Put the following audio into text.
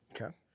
Okay